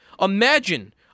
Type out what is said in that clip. Imagine